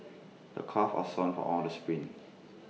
my calves are sore from all the sprints